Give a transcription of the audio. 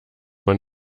man